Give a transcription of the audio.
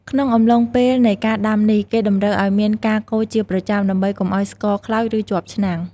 ក្នុងអំឡុងពេលនៃការដាំនេះ គេតម្រូវឲ្យមានការកូរជាប្រចាំ ដើម្បីកុំឲ្យស្ករខ្លោច ឬជាប់ឆ្នាំង។